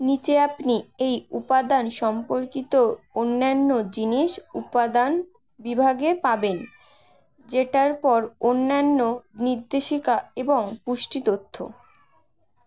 নিচে আপনি এই উপাদান সম্পর্কিত অন্যান্য জিনিস উপাদান বিভাগে পাবেন যেটার পর অন্যান্য নির্দেশিকা এবং পুষ্টি তথ্য